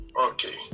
Okay